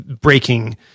breaking